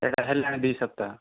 ସେଇଟା ହେଲାଣି ଦୁଇ ସପ୍ତାହ